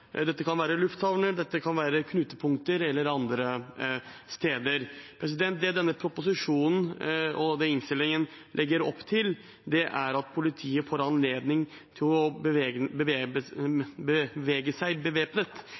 kan være lufthavner, knutepunkter eller andre steder. Det denne proposisjonen og innstillingen legger opp til, er at politiet får anledning til å bevege seg bevæpnet